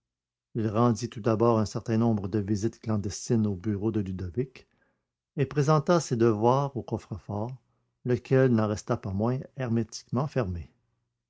il rendit tout d'abord un certain nombre de visites clandestines au bureau de ludovic et présenta ses devoirs au coffre-fort lequel n'en resta pas moins hermétiquement fermé